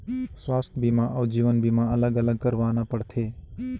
स्वास्थ बीमा अउ जीवन बीमा अलग अलग करवाना पड़थे?